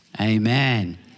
Amen